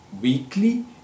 weekly